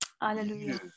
Hallelujah